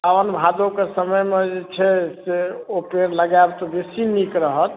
साओन भादो कऽ समयमे जे छै होइत छै से ओ पेड़ लगायब तऽ बेसी नीक रहत